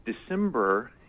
December